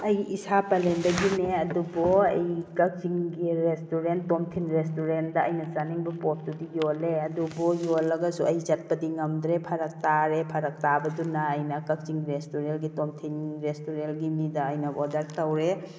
ꯑꯩ ꯏꯁꯥ ꯄꯜꯂꯦꯟꯗꯒꯤꯅꯦ ꯑꯗꯨꯨꯕꯨ ꯑꯩ ꯀꯛꯆꯤꯡꯒꯤ ꯔꯦꯁꯇꯨꯔꯦꯟ ꯇꯣꯝꯊꯤꯟ ꯔꯦꯁꯇꯨꯔꯦꯟꯗ ꯑꯩꯅ ꯆꯥꯅꯤꯡꯕ ꯄꯣꯠꯇꯨꯗꯤ ꯌꯣꯜꯂꯦ ꯑꯗꯨꯕꯨ ꯌꯣꯜꯂꯒꯁꯨ ꯑꯩ ꯆꯠꯄꯗꯤ ꯉꯝꯗ꯭ꯔꯦ ꯐꯔꯛ ꯇꯥꯔꯦ ꯐꯔꯛ ꯇꯥꯕꯗꯨꯅ ꯑꯩꯅ ꯀꯛꯆꯤꯡ ꯔꯦꯁꯇꯨꯔꯦꯟꯒꯤ ꯇꯣꯝꯊꯤꯟ ꯔꯦꯁꯇꯨꯔꯦꯟꯒꯤ ꯃꯤꯗ ꯑꯩꯅ ꯑꯣꯗꯔ ꯇꯧꯔꯦ